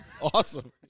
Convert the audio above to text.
Awesome